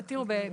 תראו,